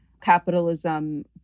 capitalism